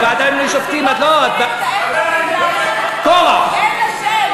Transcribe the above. בוועדה למינוי שופטים את לא, אין לה שם.